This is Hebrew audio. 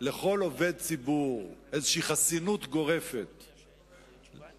לכל עובד ציבור, איזו חסינות גורפת, רק בתום לב.